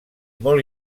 molt